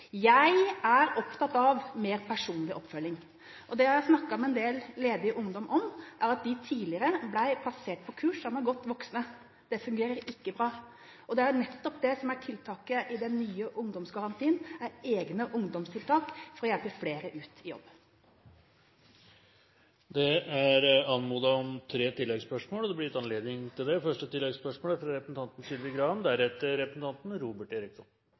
Jeg er opptatt av mer personlig oppfølging. Det jeg har snakket med en del ledig ungdom om, er at de tidligere ble plassert på kurs sammen med godt voksne. Det fungerer ikke bra. Og det er nettopp det som er tiltaket i den nye ungdomsgarantien – egne ungdomstiltak for å hjelpe flere ut i jobb. Det er anmodet om tre oppfølgingsspørsmål, og det blir gitt anledning til det – først representanten Sylvi